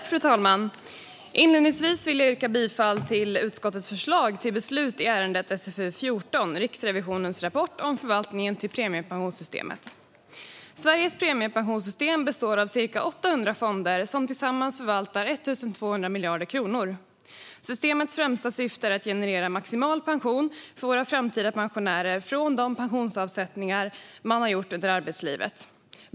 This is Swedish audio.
Fru talman! Inledningsvis vill jag yrka bifall till utskottets förslag till beslut i ärendet SfU14, Riksrevisionens rapport om förvaltningen av premiepensionssystemet . Sveriges premiepensionssystem består av cirka 800 fonder som tillsammans förvaltar 1 200 miljarder kronor. Systemets främsta syfte är att generera maximal pension för våra framtida pensionärer från de pensionsavsättningar man har gjort under arbetslivet.